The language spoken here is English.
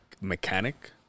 mechanic